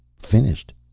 finished.